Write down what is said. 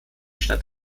stand